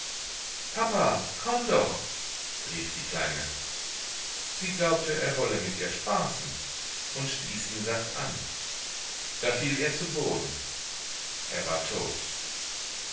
papa komm doch rief die kleine sie glaubte er wolle mit ihr spaßen und stieß ihn sacht an da fiel er zu boden er war tot